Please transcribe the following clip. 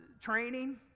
training